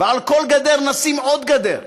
ועל כל גדר נשים עוד גדר.